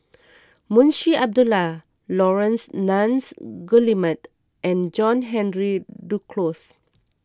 Munshi Abdullah Laurence Nunns Guillemard and John Henry Duclos